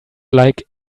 like